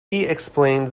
explained